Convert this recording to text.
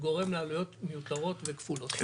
גורם לעלויות מיותרות וכפולות.